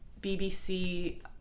BBC